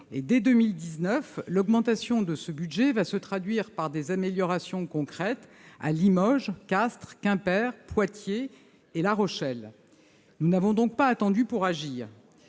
Dès 2019, l'augmentation de ce budget va se traduire par des améliorations concrètes à Limoges, Castres, Quimper, Poitiers et La Rochelle. Nous n'avons donc pas attendu pour agir.